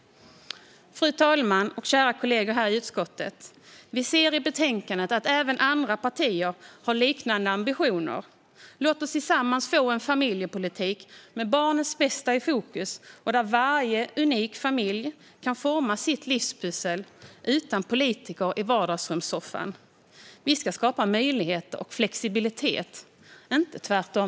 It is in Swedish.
Fru talman och kära kollegor i utskottet! Vi ser i betänkandet att även andra partier har liknande ambitioner. Låt oss tillsammans få en familjepolitik med barnets bästa i fokus där varje unik familj kan forma sitt livspussel utan politiker i vardagsrumssoffan. Vi ska skapa möjligheter och flexibilitet, inte tvärtom.